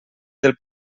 del